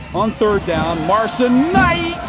on third down, marson-knight.